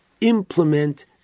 implement